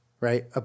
right